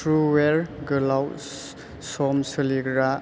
थ्रुअवेर गोलाव सम सोलिग्रा